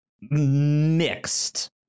mixed